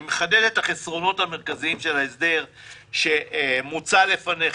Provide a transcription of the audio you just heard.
אני מחדד את החסרונות המרכזיים של ההסדר שמוצע לפנינו,